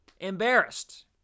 embarrassed